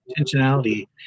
intentionality